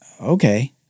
okay